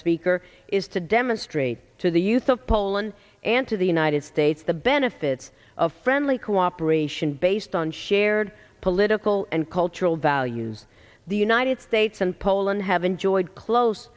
speaker is to demonstrate to the youth of poland and to the united states the benefits of friendly cooperation based on shared political and cultural values the united states and poland have enjoyed clo